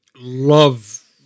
love